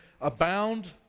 abound